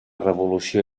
revolució